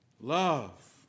Love